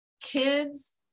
kids-